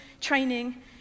training